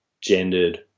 gendered